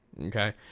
Okay